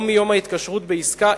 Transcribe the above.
או מיום ההתקשרות בעסקה,